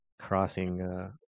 crossing